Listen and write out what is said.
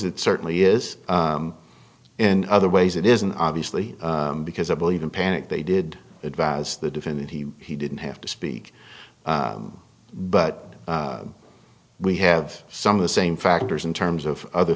it certainly is and other ways it isn't obviously because i believe in panic they did advise the defendant he didn't have to speak but we have some of the same factors in terms of other